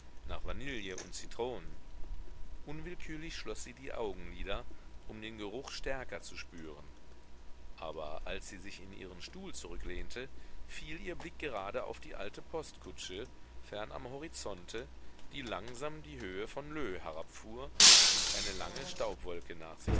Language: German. nach vanille und zitronen unwillkürlich schloß sie die augenlider um den geruch stärker zu spüren aber als sie sich in ihren stuhl zurücklehnte fiel ihr blick gerade auf die alte postkutsche fern am horizonte die langsam die höhe von leux herabfuhr und eine lange staubwolke